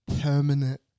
permanent